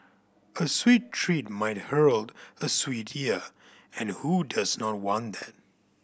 a sweet treat might herald a sweet year and who does not want that